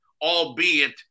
albeit